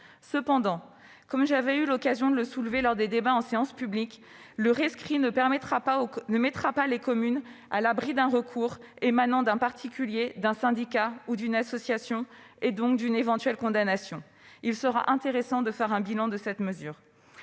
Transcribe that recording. Cependant, comme j'avais eu l'occasion de le soulever lors des débats en séance publique, le rescrit ne saurait mettre les communes à l'abri d'un recours exercé par un particulier, un syndicat ou une association, et donc d'une éventuelle condamnation. Il serait intéressant de faire un bilan de cette mesure.